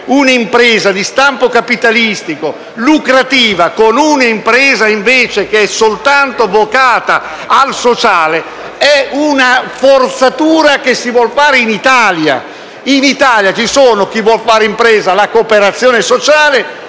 un'impresa di stampo capitalistico e lucrativo con un'impresa che invece è soltanto vocata al sociale è una forzatura che si vuol fare solo in Italia. In Italia c'è chi vuol fare impresa con la cooperazione sociale;